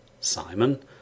Simon